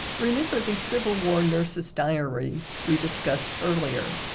remember the civil war nurse's diary we discussed earlier.